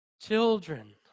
children